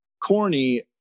corny